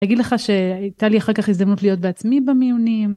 אגיד לך שהייתה לי אחר כך הזדמנות להיות בעצמי במיונים.